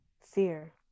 fear